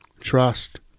Trust